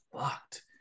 fucked